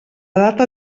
data